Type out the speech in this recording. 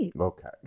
Okay